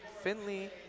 Finley